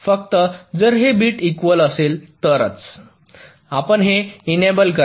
फक्त जर हे बिट इक्वल असेल तरच आपण हे एनेबल करा